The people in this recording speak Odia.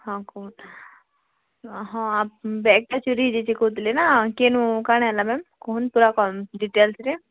ହଁ କହୁନ୍ ହଁ ବ୍ୟାଗ୍ଟା ଚୋରି ହେଇଯାଇଛେ କହୁଥିଲେ ନା କେନୁ କାଣା ହେଲା ମ୍ୟାମ୍ କହୁନ୍ ପୁରା କହୁନ୍ ଡ଼ିଟେଲସ୍ରେ